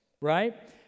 right